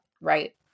Right